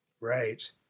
Right